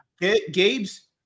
Gabe's